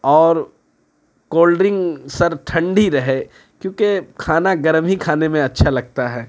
اور cold drink sir ٹھنڈی رہے کیونکہ کھانا گرم ہی کھانے میں اچھا لگتا ہے